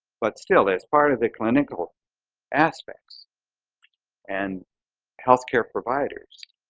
but still as part of the clinical aspects and healthcare providers,